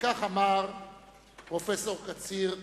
וכך אמר פרופסור קציר אז: